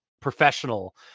professional